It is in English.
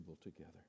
together